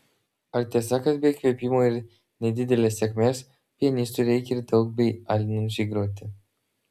ar tiesa kad be įkvėpimo ir nedidelės sėkmės pianistui reikia ir daug bei alinančiai groti